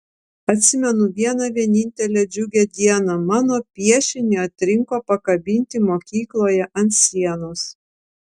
atsimenu vieną vienintelę džiugią dieną mano piešinį atrinko pakabinti mokykloje ant sienos